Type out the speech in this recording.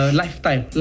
lifetime